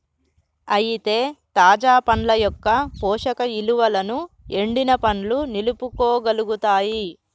అయితే తాజా పండ్ల యొక్క పోషక ఇలువలను ఎండిన పండ్లు నిలుపుకోగలుగుతాయి